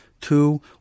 Two